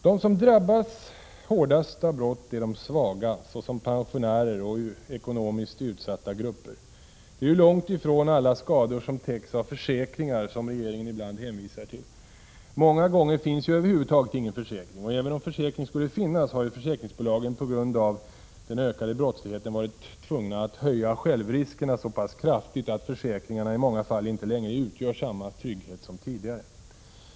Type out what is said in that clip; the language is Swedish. De som drabbas hårdast av brott är de svaga, såsom pensionärer och ekonomiskt utsatta grupper. Det är ju långt ifrån alla skador som täcks av försäkringar, som regeringen ibland hänvisar till. Många gånger finns ju över huvud taget ingen försäkring. Och även om försäkring skulle finnas har ju försäkringsbolagen på grund av den ökade brottsligheten varit tvungna att höja självriskerna så pass kraftigt att försäkringarna i många fall inte längre utgör samma trygghet som tidigare.